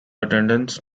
attendance